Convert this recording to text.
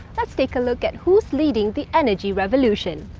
let's take a look at who's leading the energy revolution.